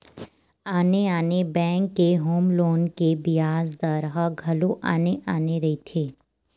आने आने बेंक के होम लोन के बियाज दर ह घलो आने आने रहिथे